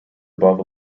above